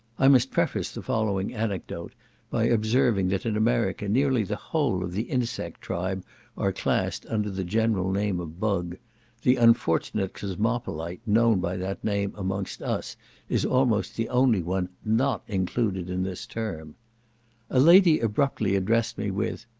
i must preface the following anecdote by observing that in america nearly the whole of the insect tribe are classed under the general name of bug the unfortunate cosmopolite known by that name amongst us is almost the only one not included in this term a lady abruptly addressed me with,